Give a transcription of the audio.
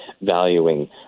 valuing